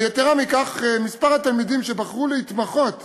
יתרה מכך, מספר התלמידים שבחרו להתמחות